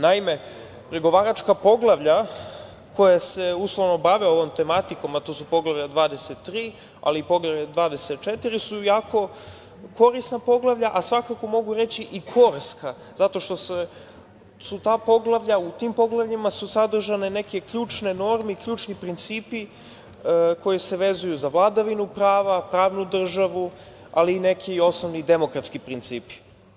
Naime, pregovaračka poglavlja koja se uslovno bave ovom tematikom, a to su Poglavlje 23, ali i Poglavlje 24, su jako korisna poglavlja, a svakako mogu reći korska zato što su u tim poglavljima sadržane neke ključne norme i ključni principi koji se vezuju za vladavinu prava, pravnu državu, ali neki osnovni demokratski principi.